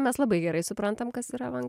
mes labai gerai suprantam kas yra avanga